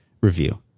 review